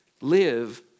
live